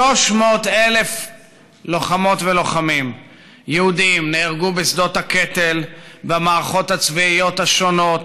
300,000 לוחמות ולוחמים יהודים נהרגו בשדות הקטל במערכות הצבאיות השונות